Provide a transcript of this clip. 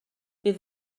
bydd